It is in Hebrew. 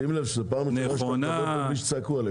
שים לב שזאת פעם ראשונה שאתה מדבר פה בלי שצעקו עליך.